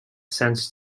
sent